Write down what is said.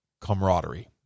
camaraderie